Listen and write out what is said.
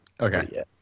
Okay